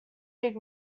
big